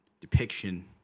depiction